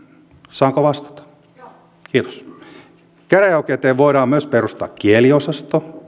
saanko vastata kiitos käräjäoikeuteen voidaan myös perustaa kieliosasto